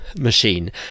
machine